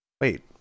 Wait